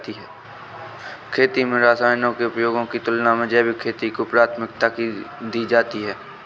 खेती में रसायनों के उपयोग की तुलना में जैविक खेती को प्राथमिकता दी जाती है